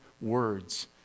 words